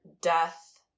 death